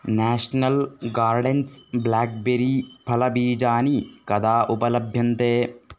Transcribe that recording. national gardens blackberry फलबीजानि कदा उपलभ्यन्ते